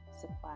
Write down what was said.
supply